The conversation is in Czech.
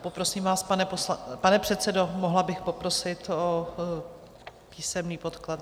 Poprosím vás, pane poslanče, pane předsedo, mohla bych poprosit o písemný podklad?